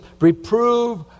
Reprove